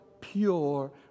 pure